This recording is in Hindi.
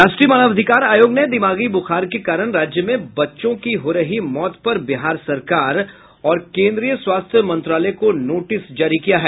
राष्ट्रीय मानवाधिकार आयोग ने दिमागी बुखार के कारण राज्य में बच्चों की हो रही मौत पर बिहार सरकार और केन्द्रीय स्वास्थ्य मंत्रालय को नोटिस जारी किया है